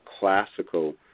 classical